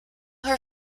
her